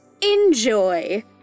Enjoy